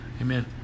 Amen